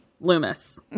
Loomis